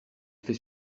fait